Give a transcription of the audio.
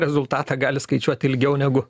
rezultatą gali skaičiuoti ilgiau negu